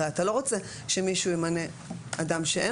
הרי אתה לא רוצה שמישהו ימנה אדם שאין